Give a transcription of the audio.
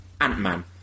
Ant-Man